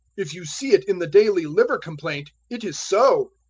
if you see it in the daily livercomplaint it is so.